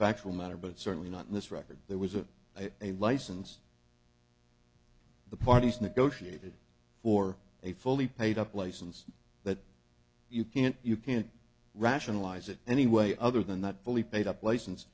factual matter but certainly not in this record there was a a license the parties negotiated for a fully paid up license that you can't you can't rationalize it any way other than that bully paid up license